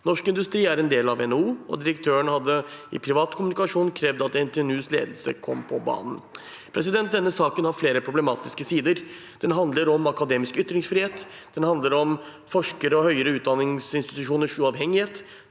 Norsk Industri er en del av NHO, og direktøren hadde i privat kommunikasjon krevd at NTNUs ledelse kom på banen. Denne saken har flere problematiske sider. Den handler om akademisk ytringsfrihet, den handler om forskeres og høyere utdanningsinstitusjoners uavhengighet,